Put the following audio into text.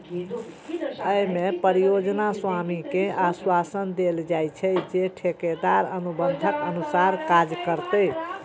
अय मे परियोजना स्वामी कें आश्वासन देल जाइ छै, जे ठेकेदार अनुबंधक अनुसार काज करतै